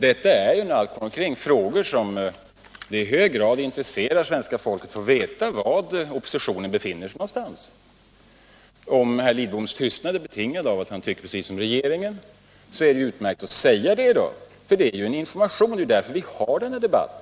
Detta är när allt kommer omkring frågor som i hög grad intresserar svenska folket, som vill veta var oppositionen befinner sig någonstans. Om herr Lidboms tystnad är betingad av att han tycker precis som regeringen, är det utmärkt om han säger det. Det är ju en information, och det är därför vi för denna debatt.